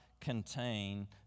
contain